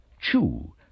chew